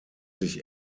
sich